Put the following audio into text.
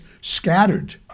scattered